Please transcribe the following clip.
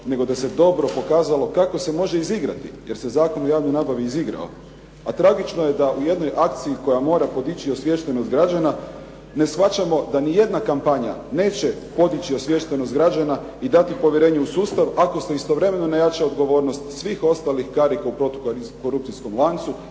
jer se Zakon o javnoj nabavi izigrao, jer se zakon o javnoj nabavi izigrao. A tragično je da u jednoj akciji koja mora podići osviještenost građana ne shvaćamo da niti jedna kampanja neće podići osviještenost građana i dati povjerenje u sustav ako se istovremeno ne jača odgovornost svih ostalih karika u protukorupcijskom lancu,